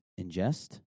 ingest